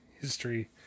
History